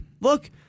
look